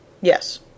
Yes